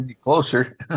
Closer